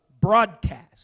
broadcast